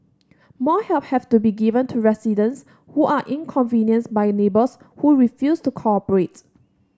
more help have to be given to residents who are inconvenienced by neighbours who refuse to cooperate